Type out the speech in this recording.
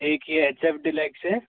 एक यह H F deluxe है